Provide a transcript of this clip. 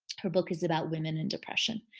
her book is about women and depression.